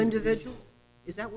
individuals is that